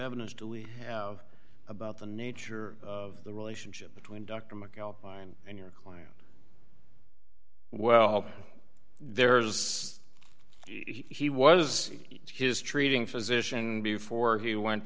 evidence do we have about the nature of the relationship between dr mcalpine and your client well there as he was his treating physician before he went